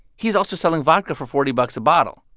he's also selling vodka for forty bucks a bottle.